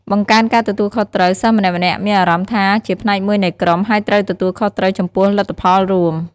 បង្កើនការទទួលខុសត្រូវ សិស្សម្នាក់ៗមានអារម្មណ៍ថាជាផ្នែកមួយនៃក្រុម ហើយត្រូវទទួលខុសត្រូវចំពោះលទ្ធផលរួម។